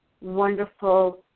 wonderful